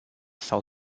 sau